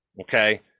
okay